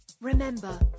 Remember